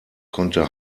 konnte